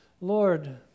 Lord